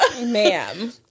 Ma'am